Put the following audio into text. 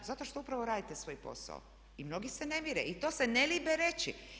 Zato što upravo radite svoj posao i mnogi se ne mire, i to se ne libe reći.